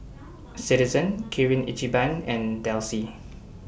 Citizen Kirin Ichiban and Delsey